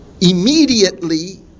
immediately